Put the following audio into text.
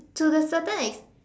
to the certain ex~